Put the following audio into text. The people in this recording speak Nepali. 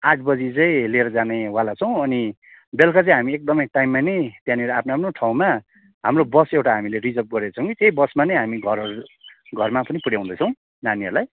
आठ बजी चाहिँ लिएर जानेवाला छौँ अनि बेलुका चाहिँ हामी एकदमै टाइममा नै त्यहाँनिर आफ्नो आफ्नै ठाउँमा हाम्रो बस एउटा हामीले रिजर्भ गरेको छौँ कि त्यही बसमा नै हामी घरहरू घरमा पनि पुऱ्यादैछौँ नानीहरूलाई